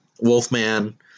Wolfman